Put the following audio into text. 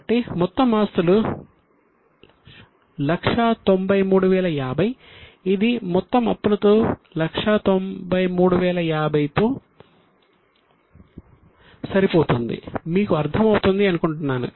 కాబట్టి మొత్తం ఆస్తులు 193050 ఇది మొత్తం అప్పులతో 193050 తో సరిపోతుంది మీకు అర్థం అవుతుంది అనుకుంటున్నాను